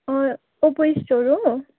Oppo store हो